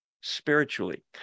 spiritually